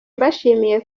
mbashimiye